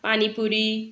panipuri